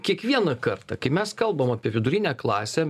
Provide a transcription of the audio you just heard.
kiekvieną kartą kai mes kalbam apie vidurinę klasę